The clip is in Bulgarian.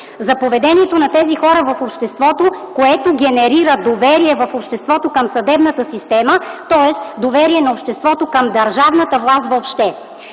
за поведението на тези хора в обществото, което генерира доверие в обществото към съдебната система, тоест доверие на обществото към държавната власт въобще.